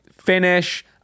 finish